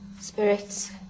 spirits